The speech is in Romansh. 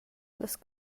las